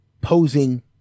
posing